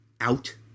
out